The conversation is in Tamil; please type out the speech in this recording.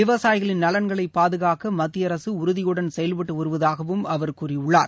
விவசாயிகளின் நலன்களைப் பாதுகாக்க மத்திய அரசு உறுதியுடன் செயல்பட்டு வருவதாகவும் அவர் கூறியுள்ளார்